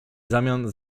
zamian